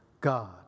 God